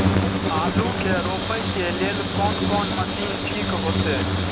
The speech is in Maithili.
आलू के रोपे के लेल कोन कोन मशीन ठीक होते?